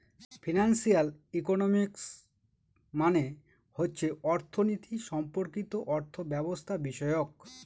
financial economics মানে হচ্ছে অর্থনীতি সম্পর্কিত অর্থব্যবস্থাবিষয়ক